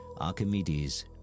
Archimedes